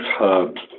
herbs